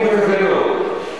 אני מקווה מאוד.